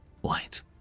white